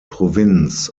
provinz